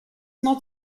not